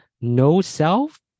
no-self